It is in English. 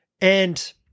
and-